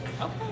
Okay